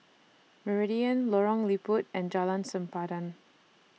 Meridian Lorong Liput and Jalan Sempadan